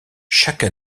chaque